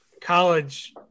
college